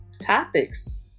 topics